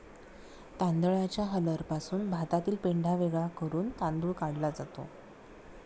तांदळाच्या हलरपासून भातातील पेंढा वेगळा करून तांदूळ काढला जातो